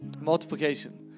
Multiplication